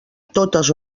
totes